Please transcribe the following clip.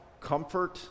comfort